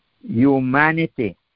Humanity